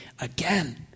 again